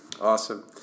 Awesome